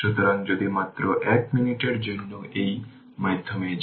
পরিশেষে যদি আপনার কোন অসুবিধা হয় আমরা ফোরামে সমস্ত উত্তর দেব